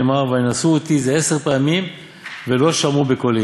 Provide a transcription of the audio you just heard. שנאמר 'וינסו אותי זה עשר פעמים ולא שמעו בקולי"